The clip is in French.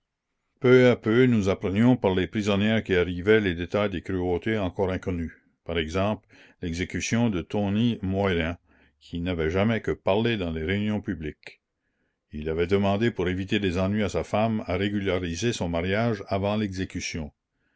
peu à peu nous apprenions par les prisonnières qui arrivaient les détails des cruautés encore inconnues par exemple l'exécution de tony moillin qui n'avait jamais que parlé dans les réunions publiques il avait demandé pour éviter des ennuis à sa femme à régulariser son mariage avant l'exécution